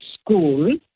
school